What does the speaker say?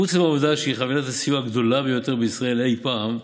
חוץ מהעובדה שהיא חבילת הסיוע הגדולה ביותר בישראל אי פעם,